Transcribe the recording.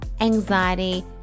anxiety